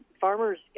farmers